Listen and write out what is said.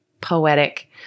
poetic